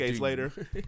later